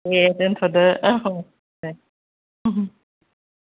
दे दोनथ'दो औ दे